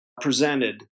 presented